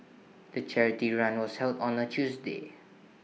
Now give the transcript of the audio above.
the charity run was held on A Tuesday